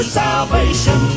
salvation